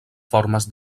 formes